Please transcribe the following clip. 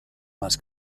más